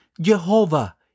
Jehovah